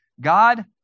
God